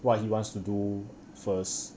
what he wants to do first